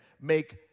make